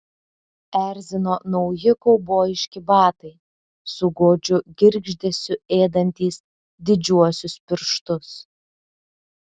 erzino nauji kaubojiški batai su godžiu girgždesiu ėdantys didžiuosius pirštus